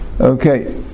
okay